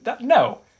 No